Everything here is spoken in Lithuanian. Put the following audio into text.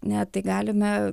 ne tai galime